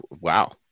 wow